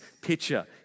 picture